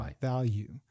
value